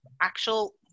actual